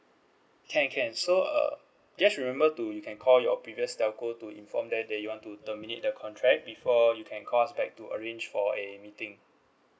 can can so uh just remember to you can call your previous telco to inform that you want to terminate the contract before you can call us back to arrange for a meeting